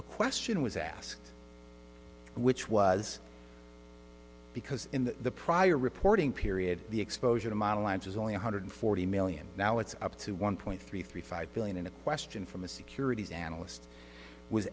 a question was asked which was because in the prior reporting period the exposure to model lines was only one hundred forty million now it's up to one point three three five billion in a question from a securities analyst was